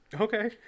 Okay